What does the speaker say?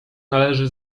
należy